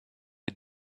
est